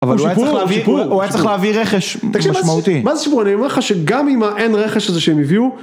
אבל הוא היה צריך להביא רכש משמעותי. מה זה שיפור? אני אומר לך שגם אם האין רכש הזה שהם הביאו...